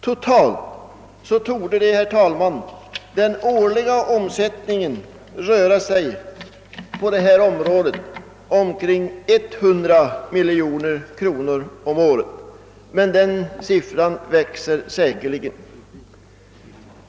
Totalt torde, herr talman, den årliga omsättningen på detta område röra sig om 100 miljoner kronor, men den siffran växer säkerligen.